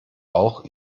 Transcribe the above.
auch